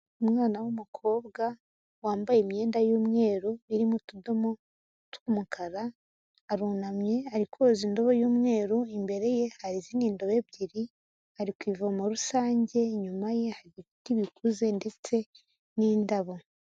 Umwana w'umukobwa wambaye imyenda y'umweru, irimo utudomo tw'umukara, arunamye ari koza indobo y'umweru imbere ye hari izindi ndobo ebyiri, ari ku ivomo rusange inyuma ye hari ibiti bikuze ndetse n'indabo.